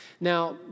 Now